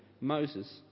Moses